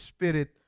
Spirit